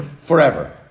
forever